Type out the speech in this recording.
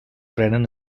prenen